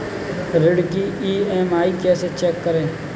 ऋण की ई.एम.आई कैसे चेक करें?